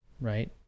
Right